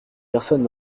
personne